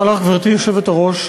תודה לך, גברתי היושבת-ראש.